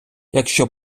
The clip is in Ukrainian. якщо